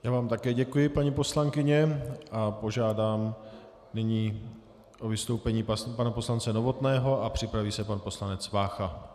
Já vám také děkuji, paní poslankyně, a požádám nyní o vystoupení pana poslance Novotného a připraví se pan poslanec Vácha.